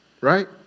right